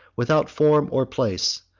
without form or place,